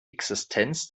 existenz